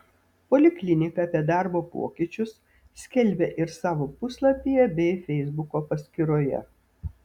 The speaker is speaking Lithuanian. poliklinika apie darbo pokyčius skelbia ir savo puslapyje bei feisbuko paskyroje